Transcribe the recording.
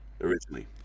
Originally